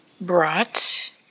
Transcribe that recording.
brought